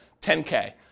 10K